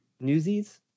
Newsies